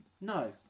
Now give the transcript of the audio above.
no